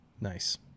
Nice